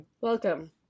Welcome